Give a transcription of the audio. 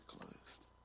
closed